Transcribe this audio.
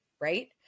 right